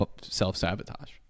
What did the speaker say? self-sabotage